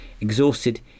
exhausted